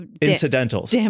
incidentals